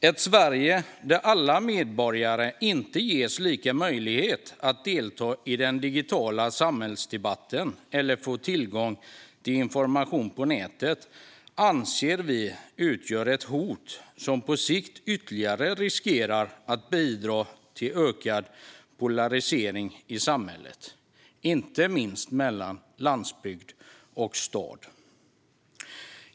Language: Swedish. Ett Sverige där alla medborgare inte ges lika möjlighet att delta i den digitala samhällsdebatten eller få tillgång till information på nätet anser vi utgör ett hot som på sikt riskerar att ytterligare bidra till ökad polarisering i samhället, inte minst mellan landsbygd och stad.